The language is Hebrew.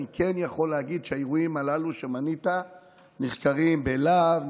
אני כן יכול להגיד שהאירועים הללו שמנית נחקרים בלהב,